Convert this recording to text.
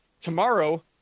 tomorrow